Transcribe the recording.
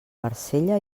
barcella